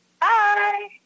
Bye